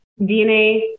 DNA